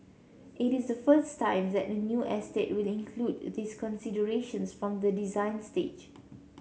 it is the first time that the new estate will include these considerations from the design stage